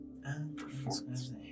performance